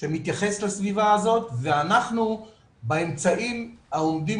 שמתייחס לסביבה הזאת ואנחנו באמצעים העומדים